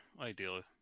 Ideally